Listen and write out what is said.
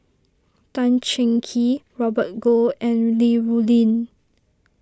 Tan Cheng Kee Robert Goh and Li Rulin